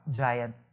giant